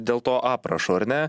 dėl to aprašo ar ne